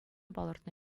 палӑртнӑ